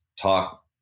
talk